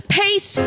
pace